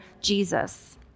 Jesus